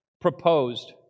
proposed